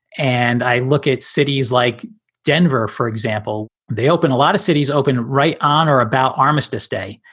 and i look at cities like denver, for example. they open a lot of cities open right on or about armistice day.